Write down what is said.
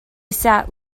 sat